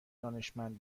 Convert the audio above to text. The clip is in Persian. دانشمند